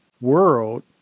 world